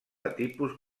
tipus